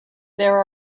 there